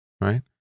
right